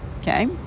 Okay